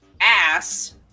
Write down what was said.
ass